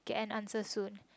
get an answer soon